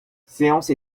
séance